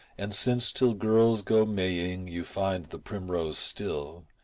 and since till girls go maying you find the primrose still,